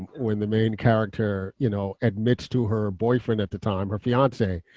when the main character you know admits to her boyfriend at the time, her fiance,